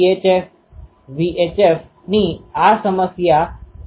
અને કેટલાક સંદર્ભથી ફેઝ i લખું છુ